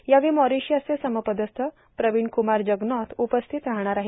यावेळी मॉरिशियचे समपदस्थ प्रवीणक्रमार जगनॉथ उपस्थित राहणार आहे